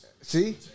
See